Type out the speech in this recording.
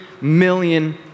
million